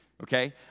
okay